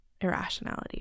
irrationality